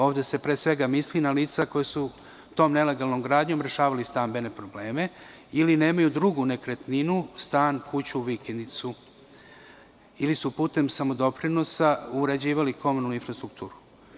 Ovde se pre svega misli na lica koja su tom nelegalnom izgradnjom rešavala stambene probleme, ili nemaju drugu nekretninu, stan, kuću, vikendicu, ili su putem samodoprinosa uređivali komunalnu infrastrukturu.